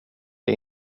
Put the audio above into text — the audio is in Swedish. det